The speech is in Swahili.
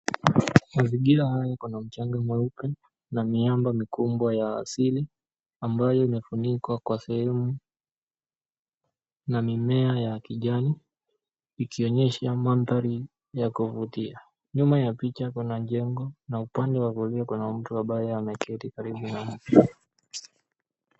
Mazingira haya yako na mchanga mweupe na miamba mikubwa ya asili ambayo imefunikwa kwa sehemu na mimea ya kijani, ikionyesha mandhari ya kuvutia. Nyuma ya picha kuna jengo na upande wa kulia kuna mtu ambaye ameketi karibu na...